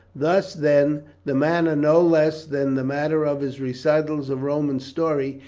thus, then, the manner no less than the matter of his recitals of roman story,